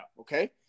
Okay